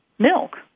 milk